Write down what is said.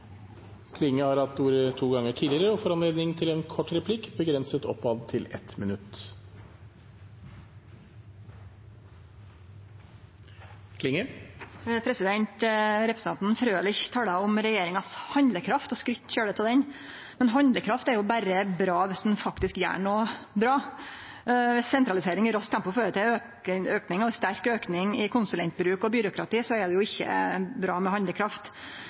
Klinge har hatt ordet to ganger tidligere og får ordet til en kort merknad, begrenset til 1 minutt. Representanten Frølich tala om handlekrafta til regjeringa og skrytte veldig av ho, men handlekraft er bra berre viss ein faktisk gjer noko bra. Viss sentralisering i raskt tempo fører til sterk auke i konsulentbruk og byråkrati, er det ikkje bra med handlekraft.